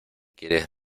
quieres